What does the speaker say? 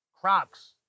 Crocs